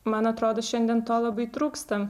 man atrodo šiandien to labai trūksta